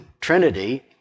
Trinity